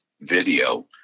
video